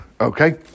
okay